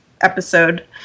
episode